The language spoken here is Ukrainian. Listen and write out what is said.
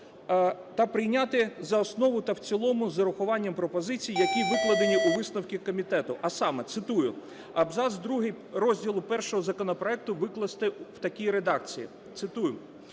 та прийняти за основу та в цілому з урахуванням пропозицій, які викладені у висновку комітету, а саме, цитую: "Абзац другий розділу І законопроекту викласти в такій редакції, - цитую,